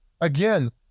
Again